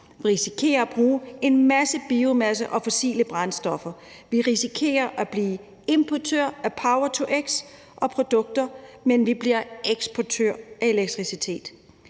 Vi risikerer at bruge en masse biomasse og fossile brændstoffer. Vi risikerer at blive importører af power-to-x og produkter, men vi bliver eksportører af elektricitet.